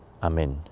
Amen